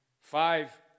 five